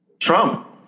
Trump